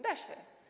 Da się.